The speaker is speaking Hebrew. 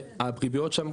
שהריביות שם,